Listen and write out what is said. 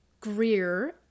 Greer